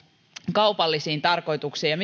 kaupallisiin tarkoituksiin